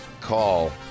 call